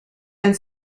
and